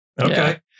okay